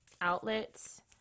outlets